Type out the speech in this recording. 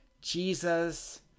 Jesus